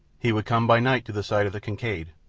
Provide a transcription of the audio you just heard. he would come by night to the side of the kincaid,